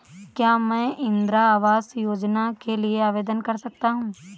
क्या मैं इंदिरा आवास योजना के लिए आवेदन कर सकता हूँ?